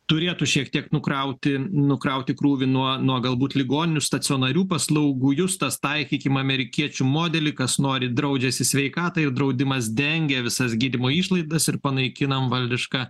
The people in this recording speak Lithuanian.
turėtų šiek tiek nukrauti nukrauti krūvį nuo nuo galbūt ligoninių stacionarių paslaugų justas taikykime amerikiečių modelį kas nori draudžiasi sveikatai draudimas dengia visas gydymo išlaidas ir panaikinam valdišką